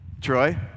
Troy